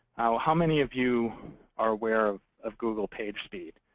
how many of you are aware of of google pagespeed?